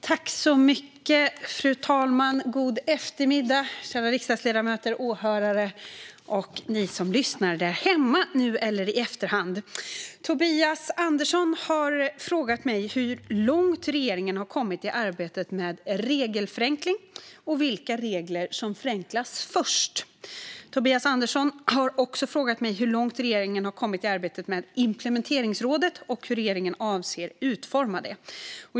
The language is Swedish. Fru talman! God eftermiddag, kära riksdagsledamöter, åhörare och ni som lyssnar där hemma, nu eller i efterhand! Tobias Andersson har frågat mig hur långt regeringen har kommit i arbetet med regelförenkling och vilka regler som förenklas först. Tobias Andersson har också frågat mig hur långt regeringen har kommit i arbetet med implementeringsrådet och hur regeringen avser att utforma det.